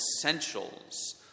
essentials